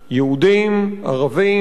יהודים, ערבים,